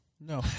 No